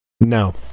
No